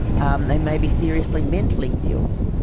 and they may be seriously mentally ill.